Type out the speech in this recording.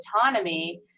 autonomy